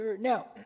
Now